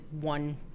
one